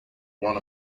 one